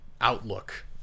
outlook